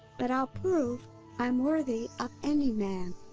but i'll prove i'm worthy of any man!